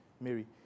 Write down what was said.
Mary